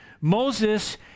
Moses